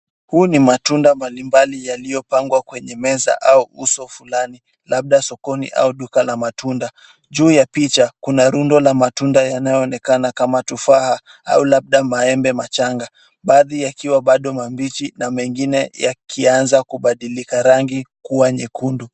Huu ni matunda mbalimbali yaliyopangwa kwenye meza au uso fulani, labda sokoni au duka la matunda. Juu ya picha, kuna rundo la matunda yanayoonekana kama tufaha au labda maembe machanga. Baadhi yakiwa bado mabichi na mengine yakianza kubadilika rangi kuwa nyekundu.